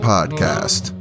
Podcast